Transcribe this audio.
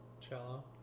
Cello